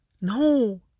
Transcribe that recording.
no